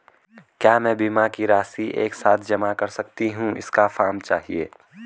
क्या मैं बीमा की राशि एक साथ जमा कर सकती हूँ इसका फॉर्म चाहिए?